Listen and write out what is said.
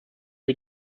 wie